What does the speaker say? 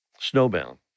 snowbound